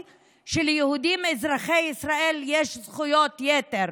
שליהודים אזרחי ישראל יש זכויות יתר,